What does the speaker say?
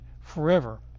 forever